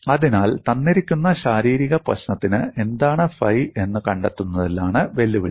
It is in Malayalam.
അതിനാൽ തന്നിരിക്കുന്ന ശാരീരിക പ്രശ്നത്തിന് എന്താണ് ഫൈ എന്ന് കണ്ടെത്തുന്നതിലാണ് വെല്ലുവിളി